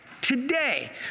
today